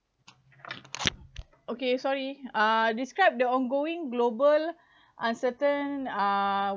okay sorry uh described the ongoing global uncertain uh